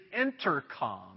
intercom